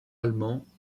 allemands